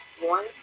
one